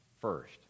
first